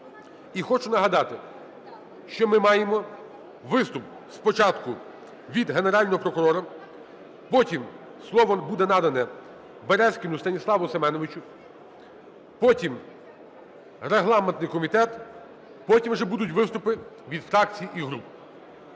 І хочу нагадати, що ми маємо виступ спочатку від Генерального прокурора, потім слово буде надане Березкіну Станіславу Семеновичу, потім – регламентний комітет, потім вже будуть виступи від фракцій і груп.